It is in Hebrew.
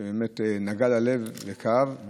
שבאמת נגע ללב וכאב,